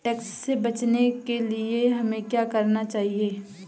Tax से बचने के लिए हमें क्या करना चाहिए?